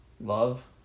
Love